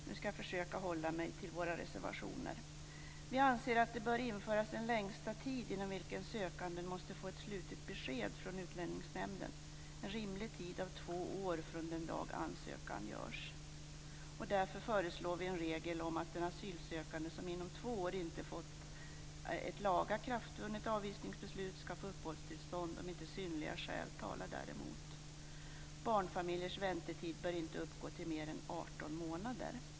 Jag skall nu försöka hålla mig till våra reservationer. Vi anser att det bör införas en längsta tid inom vilken sökanden måste få ett slutligt besked från Utlänningsnämnden. En rimlig tid är två år från den dag ansökan görs. Därför föreslår vi en regel om att den asylsökande som inom två år inte fått ett lagakraftvunnet avvisningsbeslut skall få uppehållstillstånd, om inte synnerliga skäl talar däremot. Barnfamiljers väntetid bör inte uppgå till mer än 18 månader.